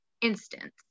instance